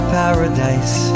paradise